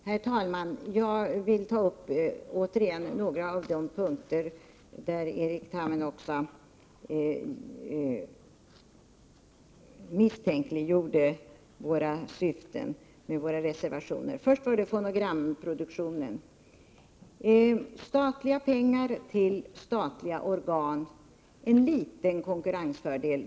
Herr talman! Jag vill ta upp några av de punkter där Erkki Tammenoksa misstänkliggjorde syftet med våra reservationer. Först var det fonogramproduktionen. Statliga pengar till statliga organ innebär en liten konkurrensfördel.